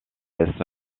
lès